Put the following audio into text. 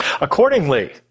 Accordingly